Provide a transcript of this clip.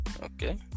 Okay